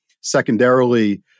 Secondarily